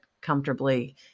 comfortably